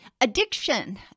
Addiction